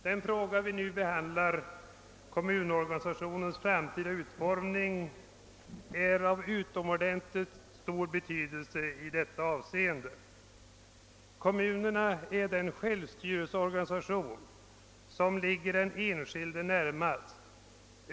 Den fråga vi nu behandlar — kommunorganisationens framtida utformning — är av utomordentligt stor betydelse i detta avseende. Kommunen är den självstyrelseorganisation som ligger den enskilde närmast.